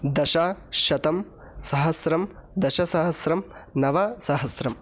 दश शतं सहस्रं दशसहस्रं नवसहस्रम्